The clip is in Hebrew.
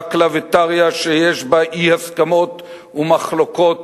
שקלא וטריא שיש בהם אי-הסכמות ומחלוקות,